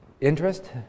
interest